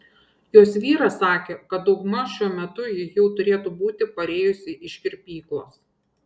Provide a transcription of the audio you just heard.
jos vyras sakė kad daugmaž šiuo metu ji jau turėtų būti parėjusi iš kirpyklos